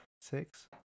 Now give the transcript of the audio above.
Six